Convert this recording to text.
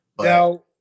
Now